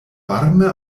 varme